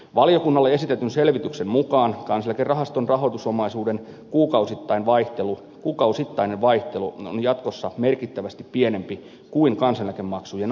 valiokunnalle esitetyn selvityksen mukaan kansaneläkerahaston rahoitusomaisuuden kuukausittainen vaihtelu on jatkossa merkittävästi pienempi kuin kansaneläkemaksujen aikana